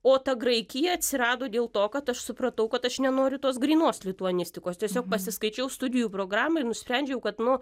o ta graikija atsirado dėl to kad aš supratau kad aš nenoriu tos grynos lituanistikos tiesiog pasiskaičiau studijų programą ir nusprendžiau kad nu